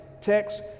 text